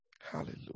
Hallelujah